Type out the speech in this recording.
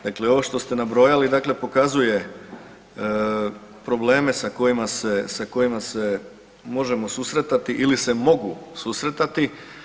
Dakle, ovo što ste nabrojali dakle pokazuje probleme sa kojima se možemo susretati ili se mogu susretati.